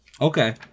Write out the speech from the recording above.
Okay